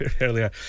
earlier